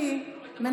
סיכוי